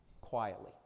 quietly